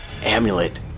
Amulet